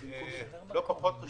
לא פחות חשוב,